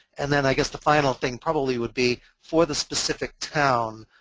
and then i guess the final thing probably would be, for the specific town,